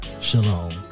Shalom